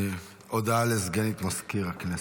הודעה לסגנית מזכיר הכנסת.